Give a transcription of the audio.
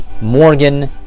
Morgan